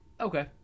Okay